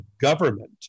government